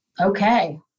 okay